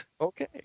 Okay